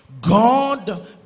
God